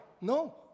No